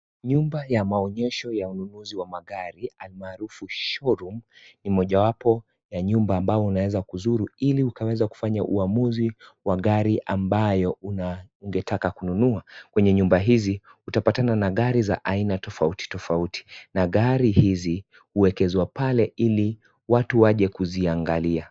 Nyumba ya maonyesho ya ununuzi wa magari ,Hali maarufu ushuru ,ni mojawapo ya nyumba ambapo unaweza kuzuri ili unaweza kufanya uamuzi wa gari ambayo una ungetaka kununua .Kwenye nyumba hizi utapatana na gari tofauti tofauti na gari hizi uekezwa pale ili watu waje kununua.